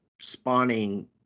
spawning